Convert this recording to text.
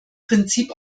prinzip